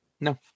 no